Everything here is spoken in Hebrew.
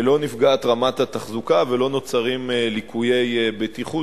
רמת התחזוקה ולא נוצרים ליקויי בטיחות